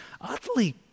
utterly